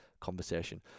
conversation